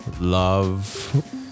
love